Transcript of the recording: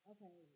Okay